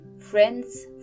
friends